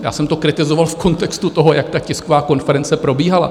Já jsem to kritizoval v kontextu toho, jak ta tisková konference probíhala.